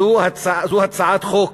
זאת הצעת חוק